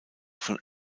von